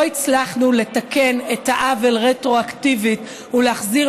לא הצלחנו לתקן את העוול רטרואקטיבית ולהחזיר